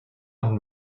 and